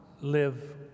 live